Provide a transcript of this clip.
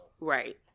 Right